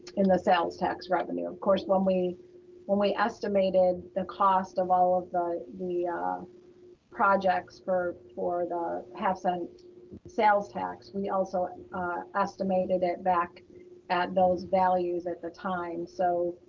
and sales tax revenue. of course, when we when we estimated the cost of all of the the projects for for the half-cent sales tax, we also estimated it back at those values at the time. so,